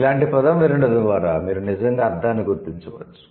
ఇలాంటి పదం వినడం ద్వారా మీరు నిజంగా అర్థాన్ని గుర్తించవచ్చు